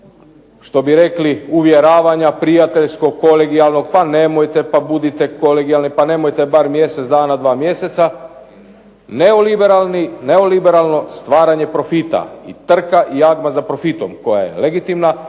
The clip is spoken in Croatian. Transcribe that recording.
što bi rekli uvjeravanja prijateljskog, kolegijalnog, pa nemojte, pa budite kolegijalni, pa nemojte bar mjesec dana, dva mjeseca, neoliberalni, neoliberalno stvaranje profita i trka i jagma za profitom koja je legitimna,